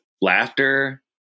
laughter